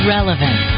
Relevant